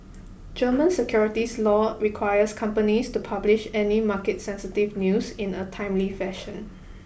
German securities law requires companies to publish any market sensitive news in a timely fashion